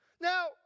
Now